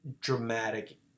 dramatic